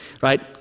right